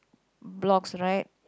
blocks right